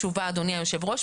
אדוני היושב-ראש,